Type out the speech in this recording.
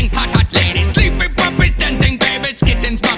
hot hot ladies sleepy puppies, dancing babies, kittens,